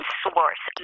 source